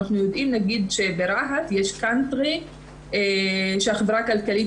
אנחנו יודעים שברהט יש קאונטרי שהחברה הכלכלית